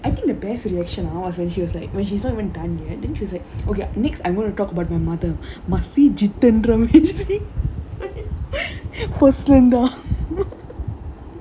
I think the best reaction ah was when she was like when she's not even done yet then she was like okay next I'm going to talk about my mother அம்மா:amma அதான் எல்லோருக்கும்:adhaan ellorukkum !aiyoyo!